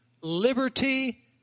liberty